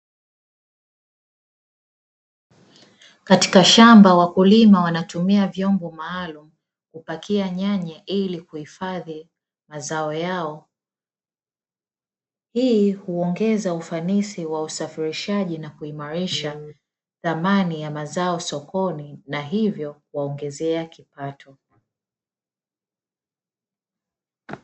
Katika shamba wakulima wanatumia vyombo maalumu kupakia nyanya ili kuhifadhi mazao yao. Hii huongeza ufanisi wa usafirishaji na kuimarisha thamani ya mazao sokoni na hivyo kuwaongezea kipato.